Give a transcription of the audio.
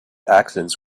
accidents